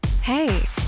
Hey